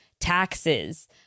taxes